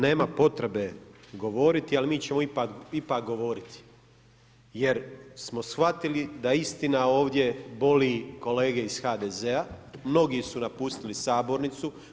Nema potrebe govoriti, ali mi ćemo ipak govoriti jer smo shvatili da istina ovdje boli kolege iz HDZ-a, mnogi su napustili sabornicu.